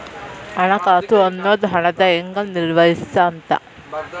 ಹಣಕಾಸು ಅನ್ನೋದ್ ಹಣನ ಹೆಂಗ ನಿರ್ವಹಿಸ್ತಿ ಅಂತ